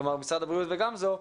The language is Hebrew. כלומר משרד הבריאות וגמזו,